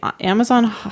amazon